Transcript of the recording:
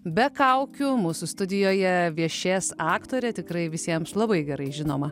be kaukių mūsų studijoje viešės aktorė tikrai visiems labai gerai žinoma